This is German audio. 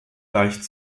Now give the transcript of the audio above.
leicht